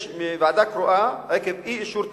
יש ועדה קרואה עקב אי-אישור תקציב,